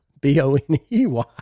B-O-N-E-Y